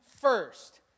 first